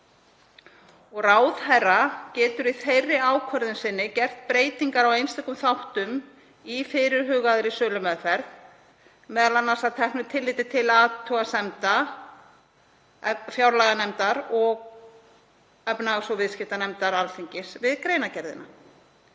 Ráðherra getur í þeirri ákvörðun sinni gert breytingar á einstökum þáttum í fyrirhugaðri sölumeðferð, m.a. að teknu tilliti til athugasemda fjárlaganefndar og efnahags- og viðskiptanefndar Alþingis við greinargerðina.